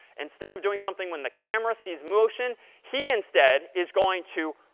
instead of doing something when the camera sees motion, he instead is going to,